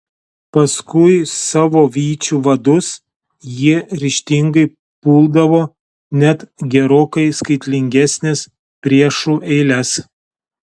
paskui savo vyčių vadus jie ryžtingai puldavo net gerokai skaitlingesnes priešų eiles